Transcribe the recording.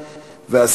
4360,